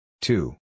Two